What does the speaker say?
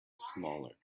smaller